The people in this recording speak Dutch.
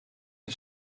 een